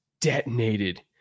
detonated